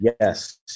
Yes